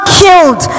killed